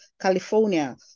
California